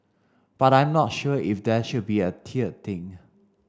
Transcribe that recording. but I'm not sure if there should be a tiered thing